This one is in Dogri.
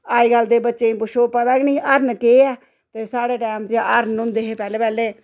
अज्जकल दे बच्चें गी पुच्छो पता गै नी हरन केह् ऐ ते साढ़े टैम जेह्ड़े हरन होंदे हे पैह्ले पैह्ले